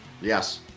Yes